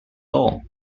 all